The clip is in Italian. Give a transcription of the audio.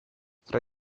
fra